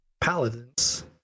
paladins